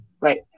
right